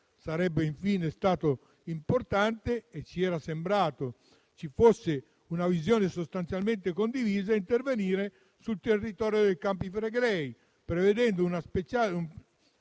Sarebbe, infine, stato importante - e ci era sembrato vi fosse una visione sostanzialmente condivisa - intervenire sul territorio dei Campi Flegrei, prevedendo uno speciale